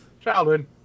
Childhood